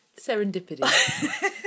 Serendipity